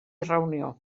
reunió